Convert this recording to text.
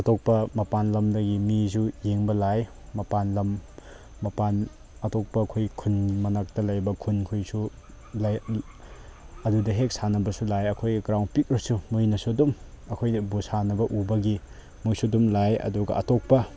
ꯑꯇꯣꯞꯄ ꯃꯄꯥꯜ ꯂꯝꯗꯒꯤ ꯃꯤꯁꯨ ꯌꯦꯡꯕ ꯂꯥꯛꯑꯦ ꯃꯄꯥꯜ ꯂꯝ ꯃꯄꯥꯟ ꯑꯇꯣꯞꯄ ꯑꯩꯈꯣꯏꯒꯤ ꯈꯨꯟ ꯃꯅꯥꯛꯇ ꯂꯩꯕ ꯈꯨꯟ ꯈꯣꯏꯁꯨ ꯂꯩ ꯑꯗꯨꯗ ꯍꯦꯛ ꯁꯥꯟꯅꯕꯁꯨ ꯂꯥꯛꯑꯦ ꯑꯩꯈꯣꯏꯒꯤ ꯒ꯭ꯔꯥꯎꯟ ꯄꯤꯛꯑꯁꯨ ꯃꯣꯏꯅꯁꯨ ꯑꯗꯨꯝ ꯑꯩꯈꯣꯏꯅ ꯕꯣꯜ ꯁꯥꯟꯅꯕ ꯎꯕꯒꯤ ꯃꯣꯏꯁꯨ ꯑꯗꯨꯝ ꯂꯥꯛꯑꯦ ꯑꯗꯨꯒ ꯑꯇꯣꯞꯄ